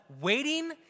waiting